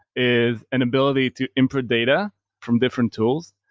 is an ability to input data from different tools.